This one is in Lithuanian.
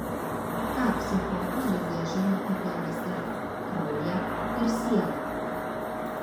ką psichoanalizė žino apie rases kraują ir sielą